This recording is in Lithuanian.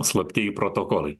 slaptieji protokolai